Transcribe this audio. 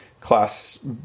class